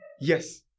Yes